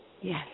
Yes